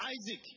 Isaac